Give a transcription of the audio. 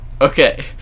Okay